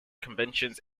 conventions